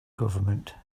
government